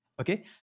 Okay